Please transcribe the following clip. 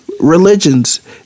religions